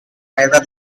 neither